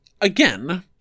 again